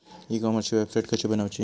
E कॉमर्सची website कशी बनवची?